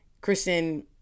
Kristen